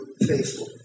faithful